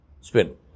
spin